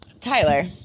Tyler